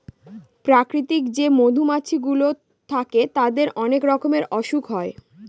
প্রাকৃতিক যে মধুমাছি গুলো থাকে তাদের অনেক রকমের অসুখ হয়